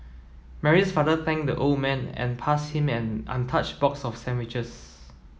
Mary's father thanked the old man and passed him an untouched box of sandwiches